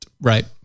Right